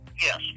Yes